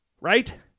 Right